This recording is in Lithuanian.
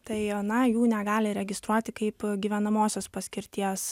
tai na jų negali registruoti kaip gyvenamosios paskirties